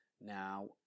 Now